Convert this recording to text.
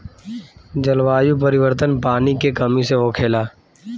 जलवायु परिवर्तन, पानी के कमी से होखेला